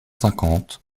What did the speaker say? cinquante